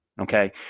Okay